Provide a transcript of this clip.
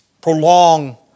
prolong